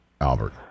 Albert